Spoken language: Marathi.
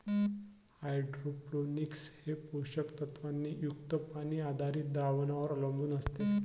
हायड्रोपोनिक्स हे पोषक तत्वांनी युक्त पाणी आधारित द्रावणांवर अवलंबून असते